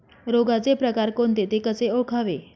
रोगाचे प्रकार कोणते? ते कसे ओळखावे?